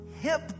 hip